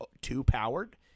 too-powered